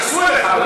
התייחסו אליך.